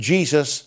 Jesus